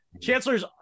Chancellor's